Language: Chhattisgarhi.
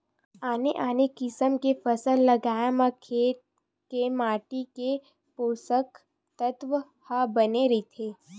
आने आने किसम के फसल लगाए म खेत के माटी के पोसक तत्व ह बने रहिथे